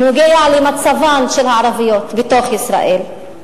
בנוגע למצבן של הערביות בתוך ישראל.